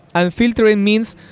and filtering means,